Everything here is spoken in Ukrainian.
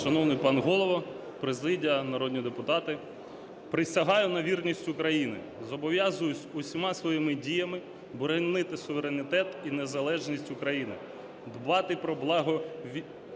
Шановний пане Голово, президія, народні депутати. Присягаю на вірність Україні. Зобов'язуюсь усіма своїми діями боронити суверенітет і незалежність України, дбати про благо